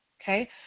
Okay